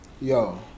yo